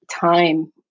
time